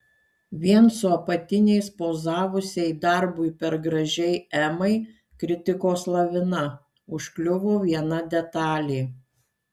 vien su apatiniais pozavusiai darbui per gražiai emai kritikos lavina užkliuvo viena detalė